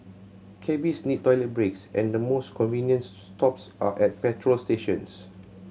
cabbies need toilet breaks and the most convenience stops are at petrol stations